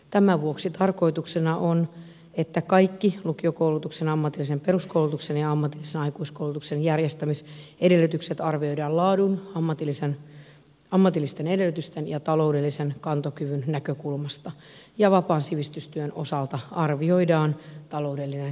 tämän vuoksi tarkoituksena on että kaikki lukiokoulutuksen ammatillisen peruskoulutuksen ja ammatillisen aikuiskoulutuksen järjestämisedellytykset arvioidaan laadun ammatillisten edellytysten ja taloudellisen kantokyvyn näkökulmasta ja vapaan sivistystyön osalta arvioidaan taloudellinen kantokyky